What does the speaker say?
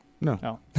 No